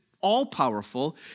all-powerful